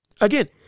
Again